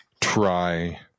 try